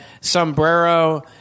sombrero